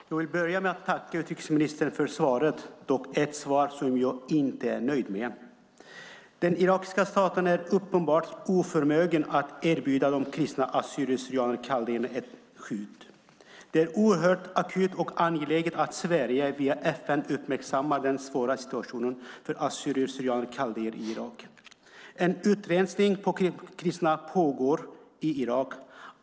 Herr talman! Jag tackar utrikesministern för svaret. Det är dock ett svar som jag inte är nöjd med. Den irakiska staten är uppenbart oförmögen att erbjuda kristna assyrier kaldéer ett skydd, så det är oerhört akut och angeläget att Sverige via FN uppmärksammar den svåra situationen för assyrier kaldéer i Irak. En utrensning av kristna pågår i Irak.